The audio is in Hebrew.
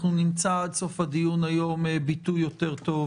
אנחנו נמצא עד סוף הדיון היום ביטוי יותר טוב,